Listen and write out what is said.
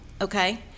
Okay